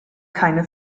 keine